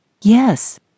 Yes